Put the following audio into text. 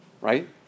Right